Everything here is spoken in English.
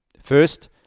First